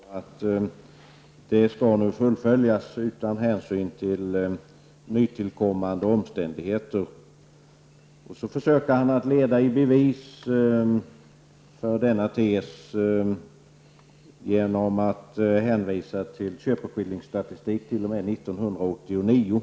Herr talman! Med hänvisning till regulariteten inom ramen för det beslut som riksdagen fattade år 1985 om taxeringen konstaterar Bruno Poromaa att beslutet nu skall fullföljas utan hänsyn till nytillkommande omständigheter. Han försökte att underbrygga sitt resonemang genom att hänvisa till köpeskillingstatistik t.o.m. år 1989.